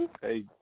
hey